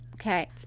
okay